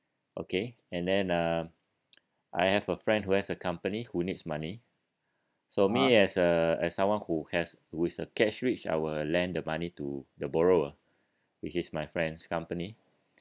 okay and then uh I have a friend who has a company who needs money so me as a as someone who has who is a cash rich I will lend the money to the borrower which is my friend's company